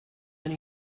and